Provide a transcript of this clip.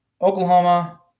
Oklahoma